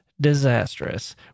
disastrous